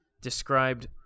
described